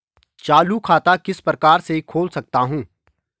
चालू खाता किस प्रकार से खोल सकता हूँ?